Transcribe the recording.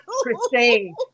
Christine